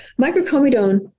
microcomedone